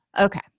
Okay